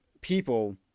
people